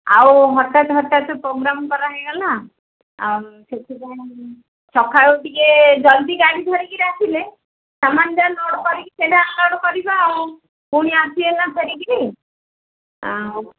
ଆଉ ହଠାତ୍ ହଠାତ୍ ପ୍ରୋଗ୍ରାମ୍ କରାହେଇଗଲା ଆଉ ସେଥିପାଇଁ ସକାଳୁ ଟିକେ ଜଲ୍ଦି ଗାଡ଼ି ଧରିକିରି ଆସିଲେ ସାମାନ ଯାହା ଲୋଡ଼୍ କରିକି ସେଇଟା ଅନ୍ଲୋଡ଼୍ କରିବା ଆଉ ପୁଣି ଆସିବେ ନା ଧରିକିରି ଆଉ